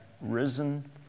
risen